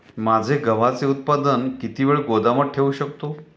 माझे गव्हाचे उत्पादन किती वेळ गोदामात ठेवू शकतो?